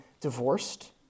divorced